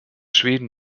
schweden